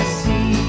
see